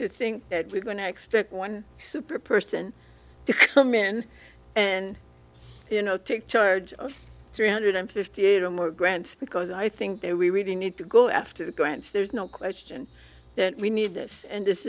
to think that we're going to expect one super person to come in and you know take charge of three hundred fifty eight or more grants because i think they we really need to go after the grants there's no question that we need this and this